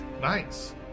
Nice